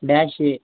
dash a